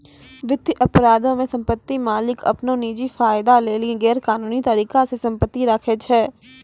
वित्तीय अपराधो मे सम्पति मालिक अपनो निजी फायदा लेली गैरकानूनी तरिका से सम्पति राखै छै